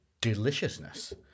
deliciousness